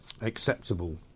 acceptable